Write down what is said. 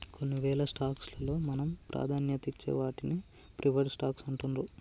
కొన్నివేల స్టాక్స్ లలో మనం ప్రాధాన్యతనిచ్చే వాటిని ప్రిఫర్డ్ స్టాక్స్ అంటుండ్రు